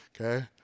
Okay